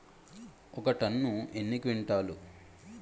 ఒక టన్ను ఎన్ని క్వింటాల్లు?